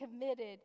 committed